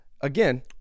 again